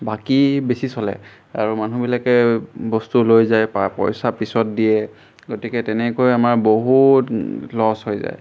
বাকী বেছি চলে আৰু মানুহবিলাকে বস্তু লৈ যায় পা পইচা পিছত দিয়ে গতিকে তেনেকৈ আমাৰ বহুত লছ হৈ যায়